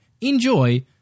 enjoy